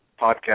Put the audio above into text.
podcast